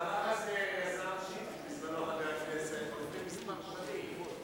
את המהלך הזה יזם שטרית בזמנו, לפני מספר שנים.